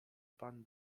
pan